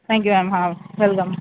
thank you ma'am हां welcome